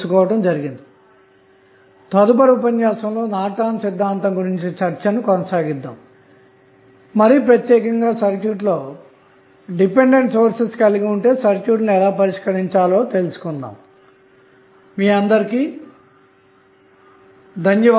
కాబట్టి తదుపరి తరగతి లోను నార్టన్ సిద్ధాంతం గురించిన చర్చను కొనసాగిద్దాం మరీ ప్రత్యేకంగా సర్క్యూట్లో ఆధారతమైన సోర్స్ లు కలిగి ఉన్నప్పుడు సర్క్యూట్లను ఎలా పరిష్కరించాలో తెలుసుకుందాము ధన్యవాదములు